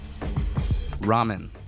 Ramen